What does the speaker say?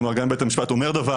כלומר גם אם בית המשפט אומר דבר,